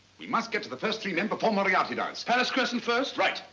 we must get to the first three men before moriarity does. palace crescent first? right.